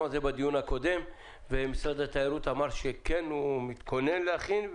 על זה בדיון הקודם ומשרד התיירות אמר שהוא מתכונן להכין.